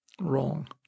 Wrong